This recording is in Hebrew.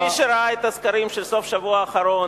ומי שראה את הסקרים של סוף השבוע האחרון,